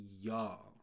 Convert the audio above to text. y'all